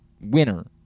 winner